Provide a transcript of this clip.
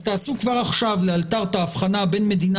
אז תעשו כבר עכשיו לאלתר את ההבחנה בין מדינה